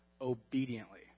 obediently